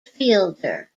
fielder